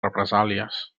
represàlies